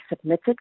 submitted